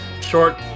short